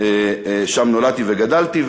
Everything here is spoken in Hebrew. שם נולדתי וגדלתי,